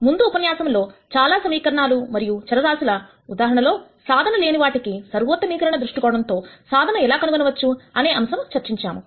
ముందు ఉపన్యాసంలో చాలా సమీకరణాలు మరియు చరరాశుల ఉదాహరణ లో సాధన లేని వాటికి సర్వోత్తమీకరణ దృష్టికోణం తో సాధన ఎలా కనుగొనవచ్చు అనే అంశం చర్చించాము